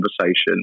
conversation